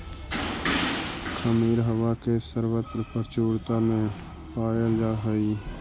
खमीर हवा में सर्वत्र प्रचुरता में पायल जा हई